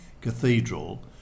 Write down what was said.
cathedral